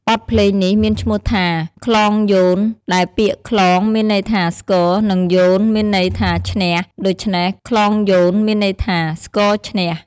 បទភ្លេងនេះមានឈ្មោះថា "ខ្លងយោន" ដែលពាក្យ "ខ្លង" មានន័យថាស្គរ និង "យោន" មានន័យថាឈ្នះ។ ដូច្នេះ "ខ្លងយោន" មានន័យថា "ស្គរឈ្នះ"។